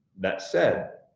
that said,